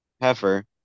heifer